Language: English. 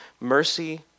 mercy